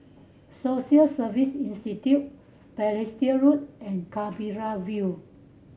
Social Service Institute Balestier Road and Canberra View